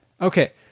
Okay